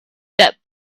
that